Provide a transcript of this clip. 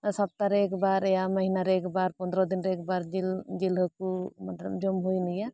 ᱥᱚᱯᱛᱟᱦᱚ ᱨᱮ ᱮᱠᱵᱟᱨ ᱮᱭᱟ ᱢᱟᱹᱦᱱᱟᱹ ᱨᱮ ᱮᱠᱵᱟᱨ ᱯᱚᱱᱫᱨᱚ ᱫᱤᱱ ᱨᱮ ᱮᱠᱵᱟᱨ ᱡᱤᱞ ᱡᱤᱞ ᱦᱟᱹᱠᱩ ᱡᱚᱢ ᱦᱩᱭᱮᱱᱜᱮ